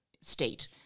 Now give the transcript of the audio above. state